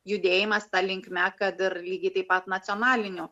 judėjimas ta linkme kad ir lygiai taip pat nacionalinių